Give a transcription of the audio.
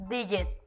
Digit